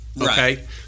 Okay